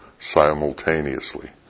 Simultaneously